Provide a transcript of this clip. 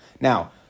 Now